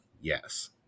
yes